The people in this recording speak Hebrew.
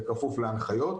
בכפוף להנחיות,